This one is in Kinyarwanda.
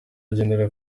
agendera